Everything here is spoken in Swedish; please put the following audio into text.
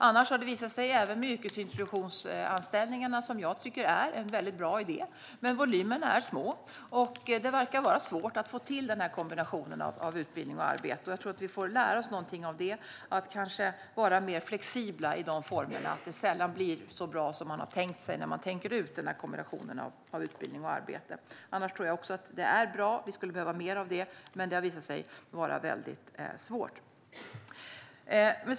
Annars har det visat sig, även med yrkesintroduktionsanställningarna, som jag tycker är en väldigt bra idé, att volymerna är små. Det verkar vara svårt att få till denna kombination av utbildning och arbete. Jag tror att vi får lära oss något av detta och kanske vara mer flexibla i formerna. Det blir sällan så bra som man har tänkt sig när man tänker ut kombinationer av utbildning och arbete. Annars tror jag också att detta är bra och att vi skulle behöva mer av det. Men det har alltså visat sig vara väldigt svårt.